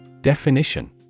Definition